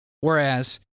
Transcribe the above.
Whereas